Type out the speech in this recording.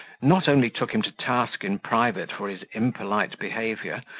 not only took him to task in private for his impolite behaviour,